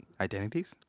identities